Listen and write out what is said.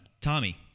Tommy